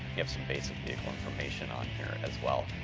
you have some basic vehicle information on here as well.